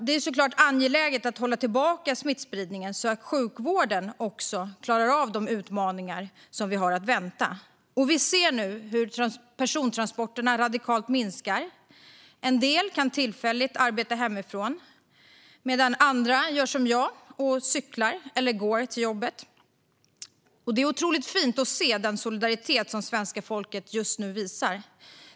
Det är såklart angeläget att hålla tillbaka smittspridningen, så att sjukvården klarar av de utmaningar som vi har att vänta. Vi ser nu hur persontransporterna radikalt minskar. En del kan tillfälligt arbeta hemifrån medan andra gör som jag: cyklar eller går till jobbet. Det är otroligt fint att se den solidaritet som svenska folket just nu visar.